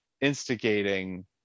instigating